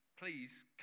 Please